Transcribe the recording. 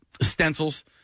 stencils